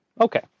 Okay